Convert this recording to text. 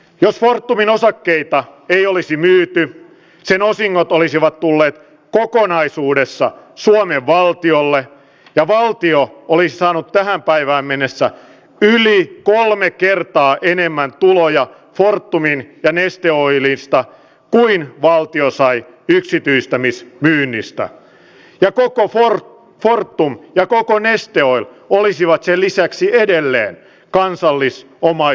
jos fortumin osakkeita ei olisi myyty sen osingot olisivat tulleet kokonaisuudessaan suomen valtiolle ja valtio olisi saanut tähän päivään mennessä yli kolme kertaa enemmän tuloja fortumista ja neste oilista kuin valtio sai yksityistämismyynnistä ja koko fortum ja koko neste oil olisivat sen lisäksi edelleen kansallisomaisuuttamme